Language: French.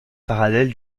parallèle